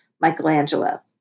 Michelangelo